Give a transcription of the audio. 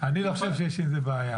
אני לא חושב שיש עם זה בעיה,